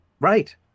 Right